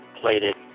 plated